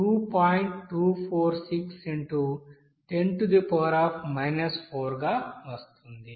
246 x10 4 గా వస్తుంది